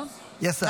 יש שר באולם.